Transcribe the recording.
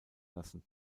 lassen